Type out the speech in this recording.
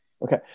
Okay